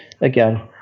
again